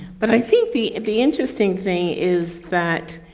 but i think the the interesting thing is that